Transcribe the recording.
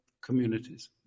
communities